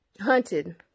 Hunted